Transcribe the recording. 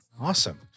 Awesome